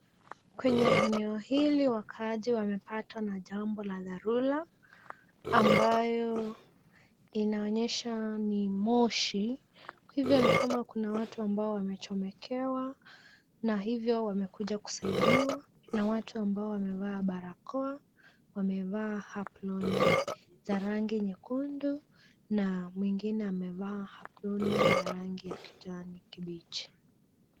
Kwenye eneo hili wakaaji wamepatwa na jambo la dharura ambayo inaonyesha ni moshi. Kwa hivyo ni kama kuna watu ambao wamechomekewa na hivyo wamekuja kusaidiwa na watu ambao wamevaa barakoa, wamevaa aproni za rangi nyekundu na mwingine amevaa aproni ya kijani kibichi.